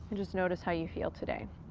and just notice how you feel today.